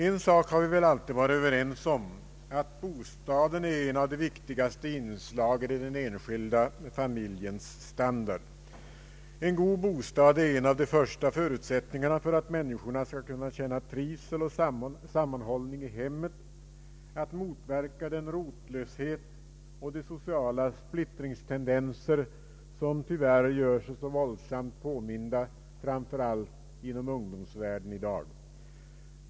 En sak har vi väl alltid varit överens om nämligen att bostaden är ett av de viktigaste inslagen i den enskilda familjens standard. En god bostad är en av de första förutsätttningarna för att människorna skall kunna känna trivsel och sammanhållning i hemmet, att motverka den rotlöshet och de sociala splittringstendenser som tyvärr gör sig så våldsamt påminda framför allt inom ungdomsvärlden i dag.